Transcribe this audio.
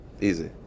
Easy